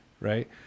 right